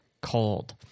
cold